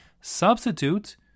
substitute